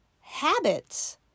habits